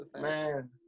man